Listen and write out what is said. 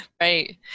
right